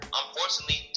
unfortunately